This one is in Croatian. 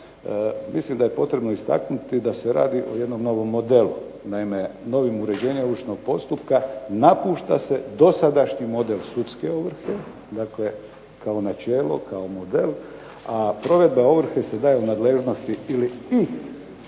mislim da je potrebno istaknuti da se radi o jednom novom modelu. Naime, novim uređenjem ovršnog postupka napušta se dosadašnji model sudske ovrhe, dakle kao načelo, kao model, a provedba ovrhe se daje nadležnosti ili ih u